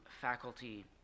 faculty